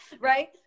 right